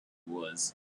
was